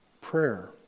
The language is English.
prayer